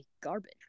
Garbage